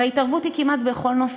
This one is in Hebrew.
וההתערבות היא כמעט בכל נושא: